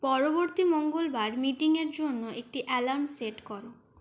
পরবর্তী মঙ্গলবার মিটিংয়ের জন্য একটি অ্যালার্ম সেট করো